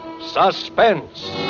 Suspense